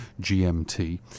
GMT